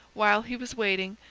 while he was waiting,